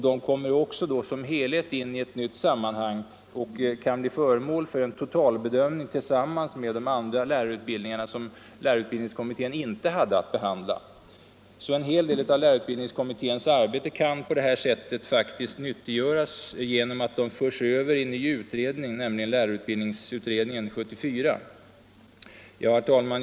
De kommer då också som helhet in i ett nytt sammanhang och kan bli föremål för en totalbedömning tillsammans med de andra lärarutbildningarna, som lärarutbildningskommittén inte hade att behandla. En hel del av lärarutbildningskommitténs arbete kan på detta sätt faktiskt nyttiggöras genom att förslagen förs över i en ny utredning, nämligen 1974 års lärarutbildningsutredning. Herr talman!